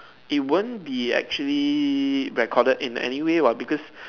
it won't be actually recorded in anyway what because